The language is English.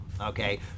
okay